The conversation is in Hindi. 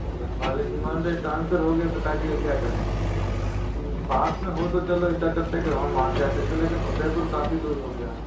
अब घर वाले नहीं मान रहे ट्रान्सफर हो गया पिताजी का क्या करें पास में तो चलो ऐसा करते के हम वहाँ से आ सकते लेकिन उदयपुर काफ़ी दूर हो गया